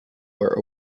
were